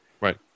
right